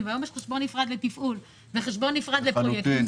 והיום יש חשבון נפרד לתפעול וחשבון נפרד לפרויקטים,